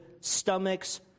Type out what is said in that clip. stomachs